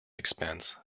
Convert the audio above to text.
expense